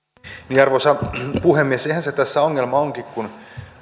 arvoisa puhemies sehän se tässä ongelma onkin kun